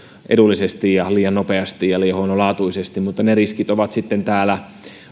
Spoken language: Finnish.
edullisesti ja liian nopeasti ja liian huonolaatuisesti mutta ne riskit ovat täällä